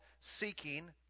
seeking